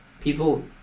People